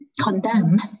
condemn